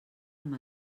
amb